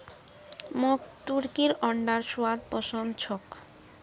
मोक तुर्कीर अंडार स्वाद पसंद छोक